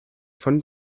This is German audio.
von